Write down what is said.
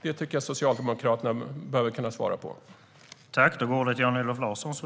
Det tycker jag att Socialdemokraterna bör kunna svara på.